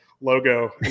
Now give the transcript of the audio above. logo